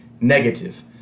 Negative